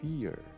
fear